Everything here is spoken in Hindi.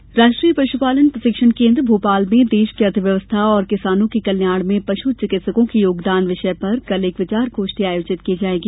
सम्मेलन राष्ट्रीय पशुपालन प्रशिक्षण केन्द्र भोपाल में राष्ट्रीय अर्थव्यवस्था और किसानों के कल्याण में पशु चिकित्सको के योगदान विषय पर कल एक विचार गोष्ठी आयोजित की जायेगी